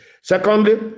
Secondly